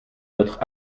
notre